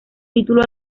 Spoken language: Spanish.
título